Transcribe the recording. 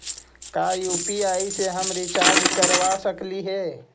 का यु.पी.आई से हम रिचार्ज करवा सकली हे?